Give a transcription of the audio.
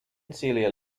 celia